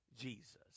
Jesus